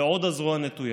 ועוד הזרוע נטויה.